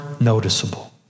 noticeable